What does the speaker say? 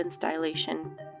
dilation